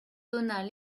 donat